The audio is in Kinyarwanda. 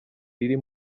riri